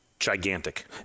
gigantic